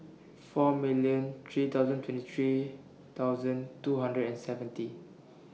four million three thousand twenty three thousand two hundred and seventy